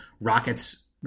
Rockets